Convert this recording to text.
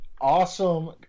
awesome